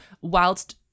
whilst